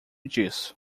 disso